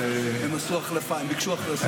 הם ביקשו לעשות החלפה.